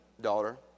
daughter